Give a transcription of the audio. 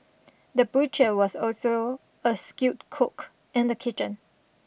the butcher was also a skilled cook in the kitchen